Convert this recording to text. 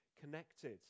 connected